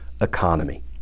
economy